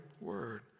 word